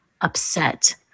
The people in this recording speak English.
upset